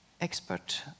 expert